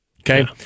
Okay